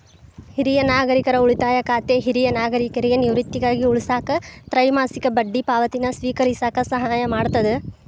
ಹಿರಿಯ ನಾಗರಿಕರ ಉಳಿತಾಯ ಖಾತೆ ಹಿರಿಯ ನಾಗರಿಕರಿಗಿ ನಿವೃತ್ತಿಗಾಗಿ ಉಳಿಸಾಕ ತ್ರೈಮಾಸಿಕ ಬಡ್ಡಿ ಪಾವತಿನ ಸ್ವೇಕರಿಸಕ ಸಹಾಯ ಮಾಡ್ತದ